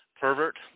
pervert